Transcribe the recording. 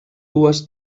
dues